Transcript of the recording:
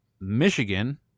Michigan